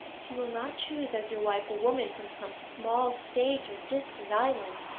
you will not choose as your wife a woman from some small state or distant island,